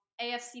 AFC